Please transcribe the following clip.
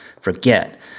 forget